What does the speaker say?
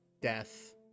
death